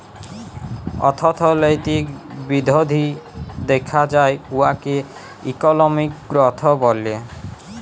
অথ্থলৈতিক বিধ্ধি দ্যাখা যায় উয়াকে ইকলমিক গ্রথ ব্যলে